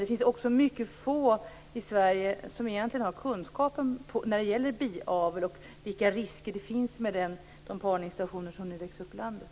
Det finns också mycket få i Sverige som har kunskap när det gäller biavel och vilka risker det finns med de parningsstationer som nu växer upp i landet.